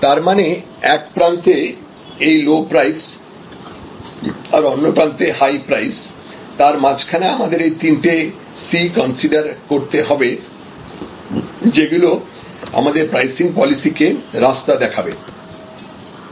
তারমানে একপ্রান্তে এই লো প্রাইস আর অন্য প্রান্তে হাই প্রাইস তার মাঝখানে আমাদের এই তিনটে C কনসিডার করতে হবে যেগুলি আমাদের প্রাইসিং পলিসি কে রাস্তা দেখাবে